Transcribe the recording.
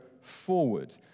forward